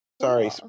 Sorry